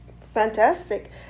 Fantastic